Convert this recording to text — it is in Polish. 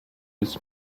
jest